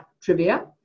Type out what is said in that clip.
Trivia